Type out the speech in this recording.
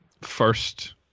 first